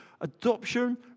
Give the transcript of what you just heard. Adoption